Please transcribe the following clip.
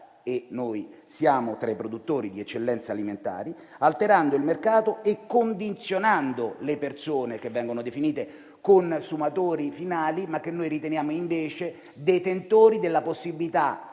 e noi siamo tra i produttori di eccellenze alimentari -, alterando il mercato e condizionando le persone che vengono definite consumatori finali, ma che noi consideriamo invece detentori della possibilità